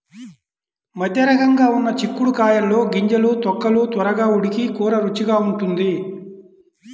మధ్యరకంగా ఉన్న చిక్కుడు కాయల్లో గింజలు, తొక్కలు త్వరగా ఉడికి కూర రుచిగా ఉంటుంది